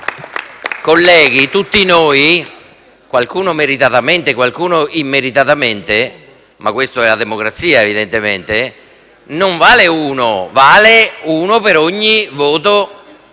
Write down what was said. Colleghi, ognuno di noi, qualcuno meritatamente e qualcuno immeritatamente - ma questa è la democrazia, evidentemente - non vale uno, ma vale uno per ogni voto